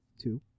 Two